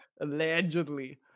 Allegedly